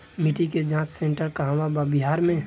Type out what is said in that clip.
मिटी के जाच सेन्टर कहवा बा बिहार में?